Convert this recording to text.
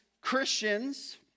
Christians